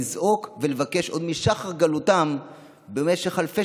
לזעוק ולבקש עוד משחר גלותם ובמשך אלפי